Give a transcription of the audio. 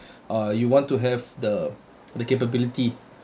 uh you want to have the the capability